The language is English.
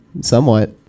somewhat